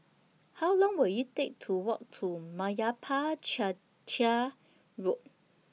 How Long Will IT Take to Walk to Meyappa Chettiar Road